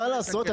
מה לעשות,